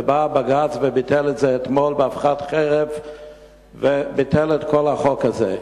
ובא הבג"ץ וביטל את זה אתמול באבחת חרב וביטל את כל החוק הזה.